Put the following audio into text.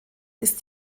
ist